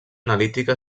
analítica